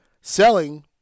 Selling